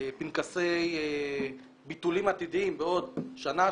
פנקסי ביטולים עתידיים בעוד שנה,